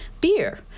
beer